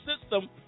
system